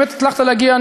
באמת הצלחת להגיע,